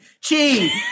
chee